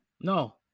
no